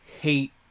hate